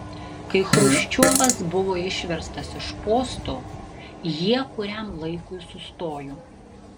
kai chruščiovas buvo išverstas iš posto jie kuriam laikui sustojo